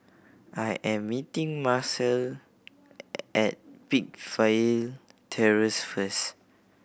I am meeting Marcel at Peakville Terrace first